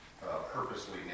purposely